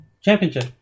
Championship